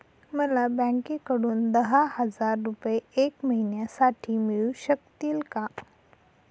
मला बँकेकडून दहा हजार रुपये एक महिन्यांसाठी मिळू शकतील का?